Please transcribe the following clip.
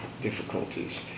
difficulties